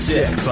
Sick